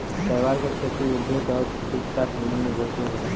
शैवाल क खेती, उद्योग आउर चिकित्सा तीनों में बहुते होला